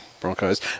Broncos